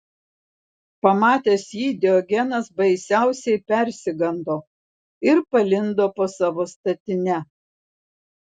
pamatęs jį diogenas baisiausiai persigando ir palindo po savo statine